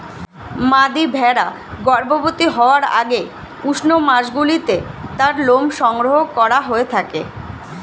মাদী ভেড়া গর্ভবতী হওয়ার আগে উষ্ণ মাসগুলিতে তার লোম সংগ্রহ করা হয়ে থাকে